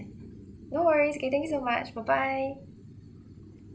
no worries kay~ thank you so much bye bye